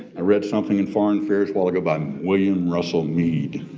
i read something in foreign affairs while ago by um william russell mead.